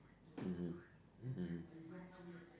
mmhmm mmhmm